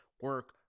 Work